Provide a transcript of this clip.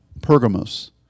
Pergamos